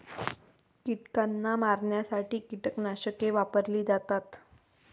कीटकांना मारण्यासाठी कीटकनाशके वापरली जातात